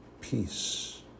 Peace